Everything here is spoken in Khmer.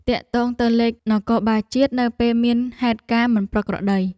ទាក់ទងទៅលេខនគរបាលជាតិ នៅពេលមានហេតុការណ៍មិនប្រក្រតី។